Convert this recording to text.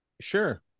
Sure